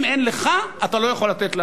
אם אין לך, אתה לא יכול לתת לאחרים.